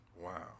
Wow